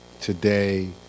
today